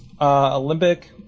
Olympic